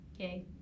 Okay